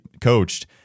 coached